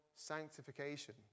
sanctification